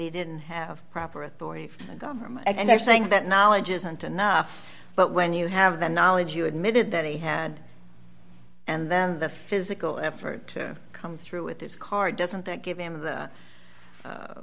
he didn't have proper authority from the government and they're saying that knowledge isn't enough but when you have the knowledge you admitted that he had and then the physical effort to come through with this card doesn't that give him the